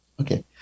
Okay